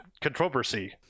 controversy